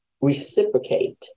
reciprocate